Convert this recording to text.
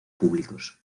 públicos